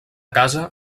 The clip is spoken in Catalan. casa